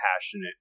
passionate